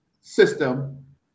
system